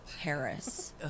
Harris